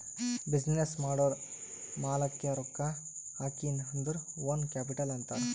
business ಮಾಡೂರ್ ಮಾಲಾಕ್ಕೆ ರೊಕ್ಕಾ ಹಾಕಿನ್ ಅಂದುರ್ ಓನ್ ಕ್ಯಾಪಿಟಲ್ ಅಂತಾರ್